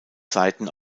saiten